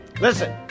listen